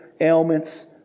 ailments